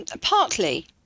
Partly